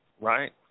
right